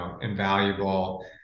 invaluable